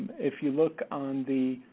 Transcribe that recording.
if you look on the